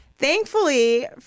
Thankfully